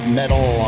metal